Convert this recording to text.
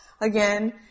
again